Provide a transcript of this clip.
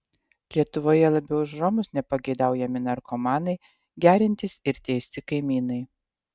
lietuvoje labiau už romus nepageidaujami narkomanai geriantys ir teisti kaimynai